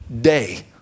day